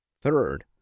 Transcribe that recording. third